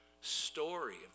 story